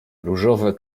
różowe